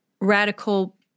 radical